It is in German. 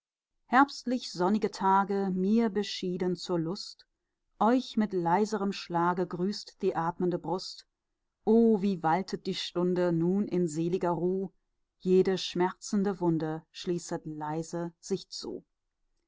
herbstlich sonnige tage mir beschieden zur lust euch mit leiserem schlage grüßt die atmende brust oh wie waltet die stunde nun in seliger ruh jede schmerzende wunde schließet leise sich zu